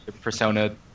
Persona